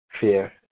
fear